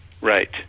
Right